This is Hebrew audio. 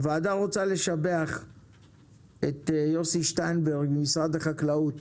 הוועדה רוצה לשבח את יוסי שטיינברג ממשרד החקלאות